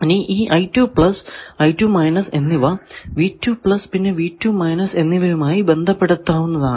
ഇനി ഈ എന്നിവ പിന്നെ എന്നിവയുമായി ബന്ധപ്പെടുത്താവുന്നതാണ്